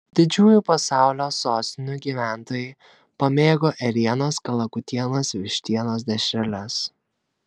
didžiųjų pasaulio sostinių gyventojai pamėgo ėrienos kalakutienos vištienos dešreles